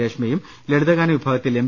രേഷ്മയും ലളിത ഗാന വിഭാഗത്തിൽ എം